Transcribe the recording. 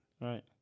Right